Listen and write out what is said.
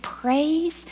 praise